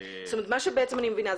מה שאני מבינה,